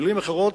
במלים אחרות,